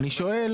אני שואל,